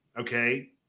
okay